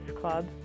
Club